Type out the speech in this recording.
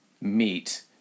meet